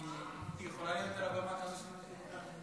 כי היא יכולה להיות על הבמה כמה זמן שהיא רוצה עד